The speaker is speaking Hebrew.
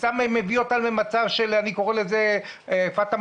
מביא אותם למצב אני קורא לזה פטה-מורגנה,